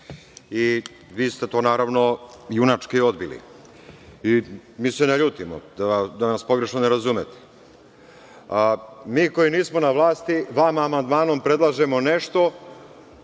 i vi ste to naravno junački odbili. Mi se ne ljutimo, da nas pogrešno ne razumete. Mi koji nismo na vlasti vama amandmanom predlažemo nešto,